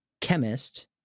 chemist